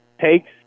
takes